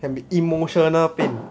can be emotional pain